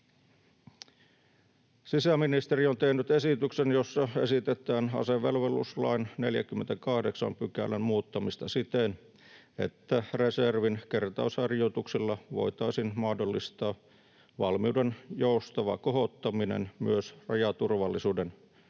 Sisäministeri on tehnyt esityksen, jossa esitetään asevelvollisuuslain 48 §:n muuttamista siten, että reservin kertausharjoituksilla voitaisiin mahdollistaa valmiuden joustava kohottaminen myös rajaturvallisuuden